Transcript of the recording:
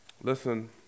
Listen